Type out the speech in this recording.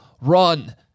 run